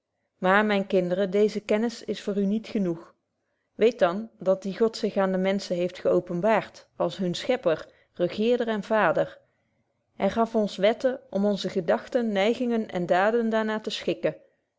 maar myne kinderen deeze kennis is voor u niet genoeg weet dan dat die god zich aan de menschen heeft geöpenbaart als hunnen schepper regeerder en vader hy gaf ons wetten om onze gedagten neigingen en daden daar naar te schikken